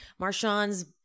Marshawn's